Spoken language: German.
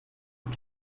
und